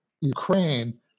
Ukraine